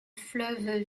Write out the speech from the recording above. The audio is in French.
fleuve